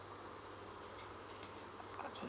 okay